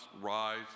rise